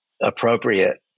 appropriate